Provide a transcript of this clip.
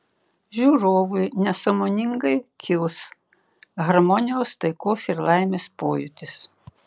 žiūrovui nesąmoningai kils harmonijos taikos ir laimės pojūtis